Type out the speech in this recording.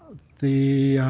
the.